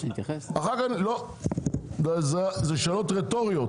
אלה שאלות רטוריות.